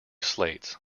slates